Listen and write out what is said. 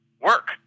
work